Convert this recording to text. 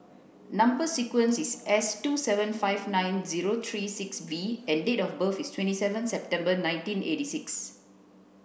number sequence is S two seven five nine zero three six V and date of birth is twenty seven September nineteen eighty six